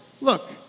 look